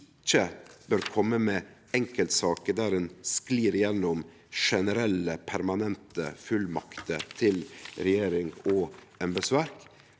ikkje bør kome med enkeltsaker der ein sklir gjennom generelle, permanente fullmakter til regjering og embetsverk.